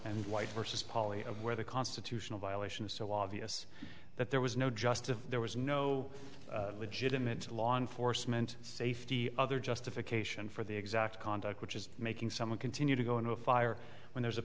and white versus poly of where the constitutional violation is so obvious that there was no justice there was no legitimate law enforcement safety other justification for the exact conduct which is making someone continue to go into a fire when there's a